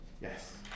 Yes